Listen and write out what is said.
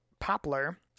poplar